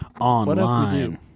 online